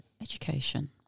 education